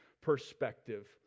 perspective